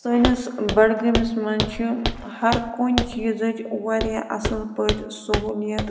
سٲنِس بڈگٲمِس منٛز چھِ ہر کُنہِ چیٖزٕچ واریاہ اَصٕل پٲٹھۍ سہوٗلیِت